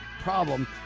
problem